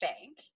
bank